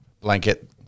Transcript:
blanket